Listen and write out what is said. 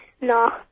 No